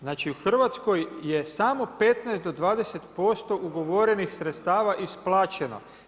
Znači u Hrvatskoj je samo 15 do 20% ugovorenih sredstava isplaćeno.